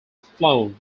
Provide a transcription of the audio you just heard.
flown